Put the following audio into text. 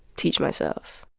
teach myself